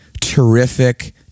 terrific